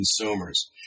consumers